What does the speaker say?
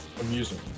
amusing